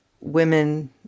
women